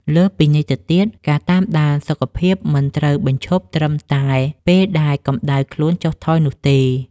លើសពីនេះទៅទៀត ការតាមដានសុខភាពមិនត្រូវបញ្ឈប់ត្រឹមតែពេលដែលកម្ដៅខ្លួនចុះថយនោះទេ។